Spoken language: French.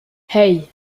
hey